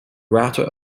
router